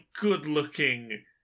good-looking